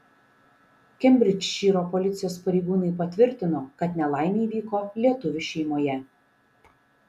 kembridžšyro policijos pareigūnai patvirtino kad nelaimė įvyko lietuvių šeimoje